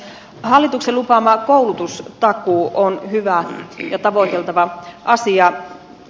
hallituksen lupaama koulutustakuu on hyvä ja tavoiteltava asia